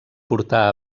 portar